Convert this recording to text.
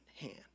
hand